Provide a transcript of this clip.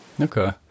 Okay